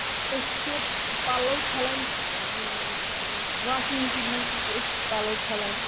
أسۍ چھِ پَلو چھلان واشِنگ مِشیٖن منٛز تہِ چھِ أسۍ پلو چھلان